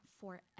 forever